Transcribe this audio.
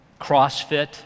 CrossFit